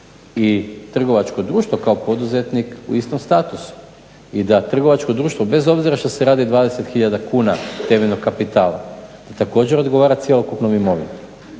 i trgovačko društvo kao poduzetnik u istom statusu i da trgovačko društvo bez obzira što se radi o 20 hiljada kuna temeljnog kapitala također odgovara cjelokupnom imovinom,